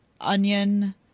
onion